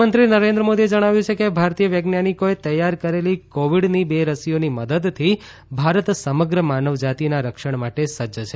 પ્રધાનમંત્રી નરેન્દ્ર મોદીએ જણાવ્યું છે કે ભારતીય વૈજ્ઞાનીકોએ તૈયાર કરેલી કોવિડની બે રસીઓની મદદથી ભારત સમગ્ર માનવજાતીના રક્ષણ માટે સજજ છે